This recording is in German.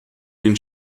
den